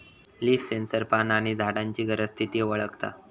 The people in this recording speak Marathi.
लिफ सेन्सर पाना आणि झाडांची गरज, स्थिती वळखता